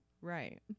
Right